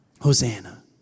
Hosanna